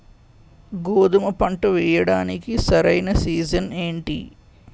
గోధుమపంట వేయడానికి సరైన సీజన్ ఏంటి?